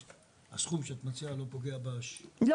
הסכום שאת מציעה לא פוגע --- לא,